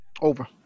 Over